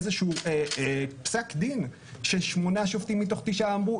איזשהו פסק דין ששמונה שופטים מתוך תשעה אמרו,